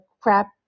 crap